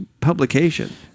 publication